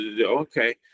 okay